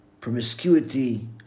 promiscuity